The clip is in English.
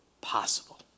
possible